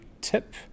tip